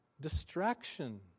distraction